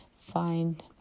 find